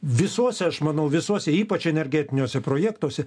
visuose aš manau visuose ypač energetiniuose projektuose